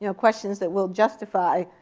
you know questions that will justify,